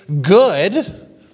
good